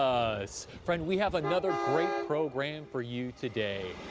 so friend, we have another great program for you today,